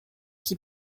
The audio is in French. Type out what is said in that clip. qui